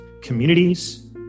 communities